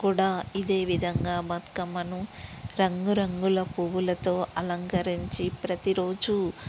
కూడా ఇదే విధంగా బతుకమ్మను రంగు రంగుల పువ్వులతో అలంకరించి ప్రతి రోజూ